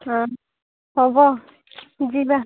ହଁ ହବ ଯିବା